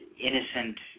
innocent